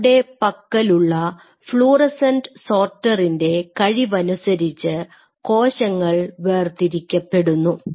നിങ്ങളുടെ പക്കലുള്ള ഫ്ലൂറോസെന്റ് സോർട്ടറിന്റെ കഴിവനുസരിച്ച് കോശങ്ങൾ വേർതിരിക്കപ്പെടുന്നു